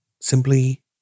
simply